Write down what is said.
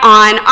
on